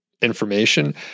information